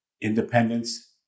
independence